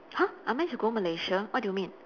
!huh! unless you go malaysia what do you mean